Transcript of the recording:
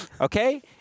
Okay